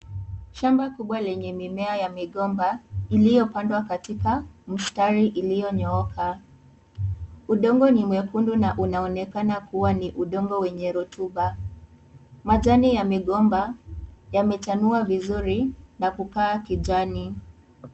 Shamba kubwa lenye mimea ya migomba iliyopandwa katika mistari iliyo nyooka, udongo ni mwekundu na unaonekana kuwa ni udongo wenye rotuba majani ya migomba yamechanua vizuri na kukaa kijani.